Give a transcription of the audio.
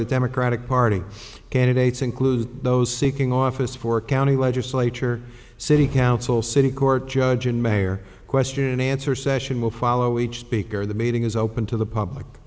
the democratic party candidates include those seeking office for county legislature city council city court judge and mayor question and answer session will follow each speaker of the meeting is open to the public